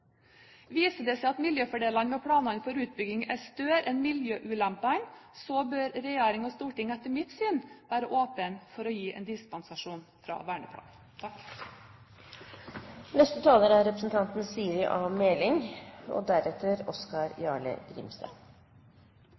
Viser det seg at miljøfordelene med utbygging er større enn miljøulempene, bør regjering og storting etter mitt syn være åpne for å gi en dispensasjon fra verneplanene. Jeg tar ordet fordi representanten Snorre Serigstad Valen hadde en kommentar til Høyres syn på, og